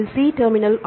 இது C terminal